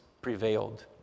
prevailed